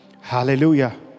Hallelujah